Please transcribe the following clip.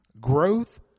growth